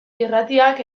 irratiak